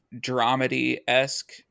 dramedy-esque